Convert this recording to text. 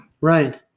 Right